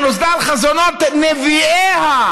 שנוסדה על חזונות נביאיה,